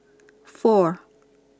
four